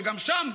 וגם שם,